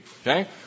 Okay